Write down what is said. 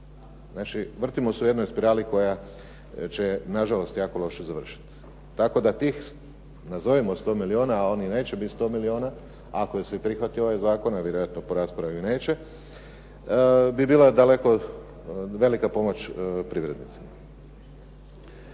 Znači, vrtimo se u jednoj spirali koja će na žalost jako loše završiti. Tako da tih nazovimo 100 milijuna, a oni ne će biti 100 milijuna, ako se prihvati ovaj zakon, a vjerojatno po raspravi neće, bi bilo daleko velika pomoć privrednicima.